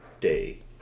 day